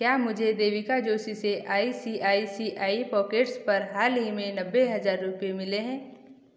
क्या मुझे देविका जोशी से आई सी आई सी आई पॉकेट्स पर हाल में नब्बे हज़ार रुपये मिले हैं